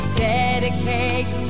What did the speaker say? dedicate